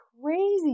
crazy